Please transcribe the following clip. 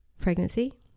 pregnancy